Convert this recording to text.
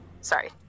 Sorry